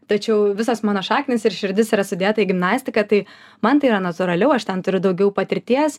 tačiau visos mano šaknys ir širdis yra sudėta į gimnastiką tai man tai yra natūraliau aš ten turiu daugiau patirties